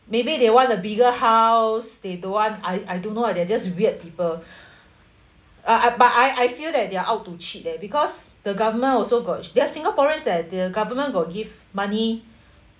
maybe they want a bigger house they don't want I I don't know they're just weird people uh I but I I feel that they're out to cheat leh because the government also got they are singaporeans leh the government got give money